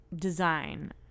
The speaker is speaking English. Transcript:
design